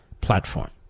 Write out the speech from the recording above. platform